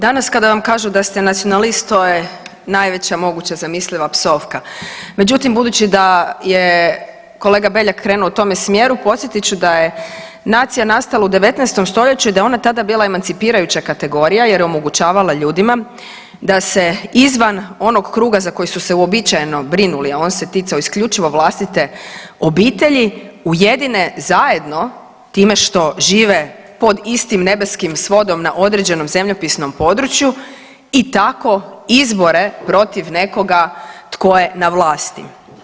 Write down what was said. Danas kada vam kažu da ste nacionalist to je najveća moguća zamisliva psovka, međutim budući da je kolega Beljak krenuo u tome smjeru podsjetit ću da je nacija nastala u 19. stoljeću i da je ona tada bila emancipirajuća kategorija jer je omogućavala ljudima da se izvan onog kruga za koje su se uobičajeno brinuli, a on se ticao isključivo vlastite obitelji ujedine zajedno time što žive pod istim nebeskim svodom na određenom zemljopisnom području i tako izbore protiv nekoga tko je na vlasti.